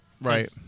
Right